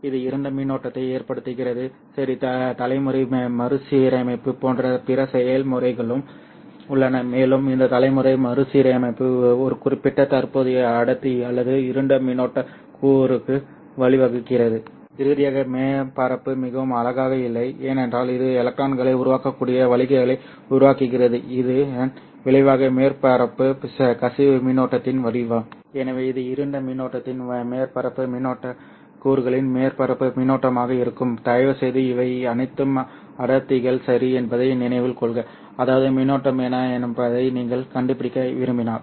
இது இருண்ட மின்னோட்டத்தை ஏற்படுத்துகிறது சரி தலைமுறை மறுசீரமைப்பு போன்ற பிற செயல்முறைகளும் உள்ளன மேலும் இந்த தலைமுறை மறுசீரமைப்பு ஒரு குறிப்பிட்ட தற்போதைய அடர்த்தி அல்லது இருண்ட மின்னோட்ட கூறுக்கு வழிவகுக்கிறது இறுதியாக மேற்பரப்பு மிகவும் அழகாக இல்லை ஏனென்றால் இது எலக்ட்ரான்களை உருவாக்கக்கூடிய வழிகளை உருவாக்குகிறது இதன் விளைவாக மேற்பரப்பு கசிவு மின்னோட்டத்தின் வடிவம் எனவே இது இருண்ட மின்னோட்டத்தின் மேற்பரப்பு மின்னோட்டக் கூறுகளின் மேற்பரப்பு மின்னோட்டமாக இருக்கும் தயவுசெய்து இவை அனைத்தும் அடர்த்திகள் சரி என்பதை நினைவில் கொள்க அதாவது மின்னோட்டம் என்ன என்பதை நீங்கள் கண்டுபிடிக்க விரும்பினால்